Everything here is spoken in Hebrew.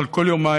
אבל כל יומיים,